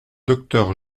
docteur